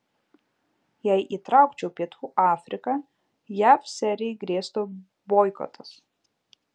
jei įtraukčiau pietų afriką jav serijai grėstų boikotas